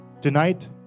Tonight